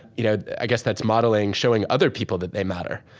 you know i guess that's modeling, showing other people that they matter.